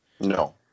No